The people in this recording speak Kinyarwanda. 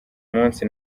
munsi